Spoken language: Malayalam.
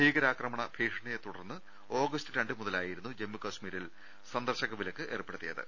ഭീകരാക്രമണ ഭീഷണിയെ തുടർന്ന് ഓഗസ്റ്റ് രണ്ടു മുതലായിരുന്നു ജമ്മു കശ്മീ രിൽ സന്ദർശക വിലക്ക് ഏർപ്പെടുത്തിയത്